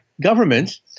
governments